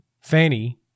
fanny